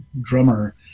drummer